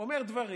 אומר דברים